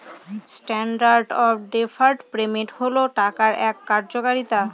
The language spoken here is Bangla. স্ট্যান্ডার্ড অফ ডেফার্ড পেমেন্ট হল টাকার এক কার্যকারিতা